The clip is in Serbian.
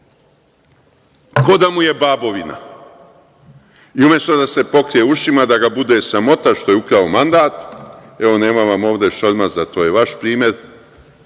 ko da mu je babovina. Umesto da se pokrije ušima, da ga bude sramota što je ukrao mandat, nema vam ovde Šormaza, to je vaš primer,